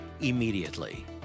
immediately